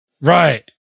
Right